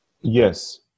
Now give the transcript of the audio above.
Yes